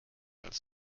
als